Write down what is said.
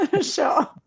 show